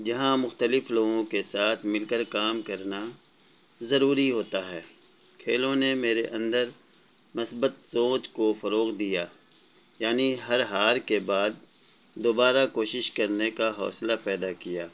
جہاں مختلف لوگوں کے ساتھ مل کر کام کرنا ضروری ہوتا ہے کھیلوں نے میرے اندر مثبت سوچ کو فروغ دیا یعنی ہر ہار کے بعد دوبارہ کوشش کرنے کا حوصلہ پیدا کیا